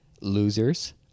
Losers